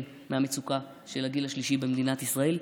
ממצוקת הגיל השלישי במדינת ישראל,